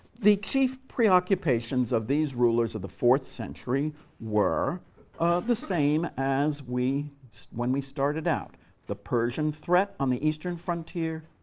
the chief preoccupations of these rulers of the fourth century were the same as when we started out the persian threat on the eastern frontier,